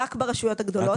רק ברשויות הגדולות לצערי.